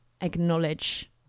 acknowledge